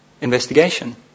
investigation